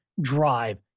drive